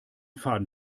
faden